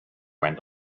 went